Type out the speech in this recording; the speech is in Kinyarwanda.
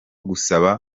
gusaba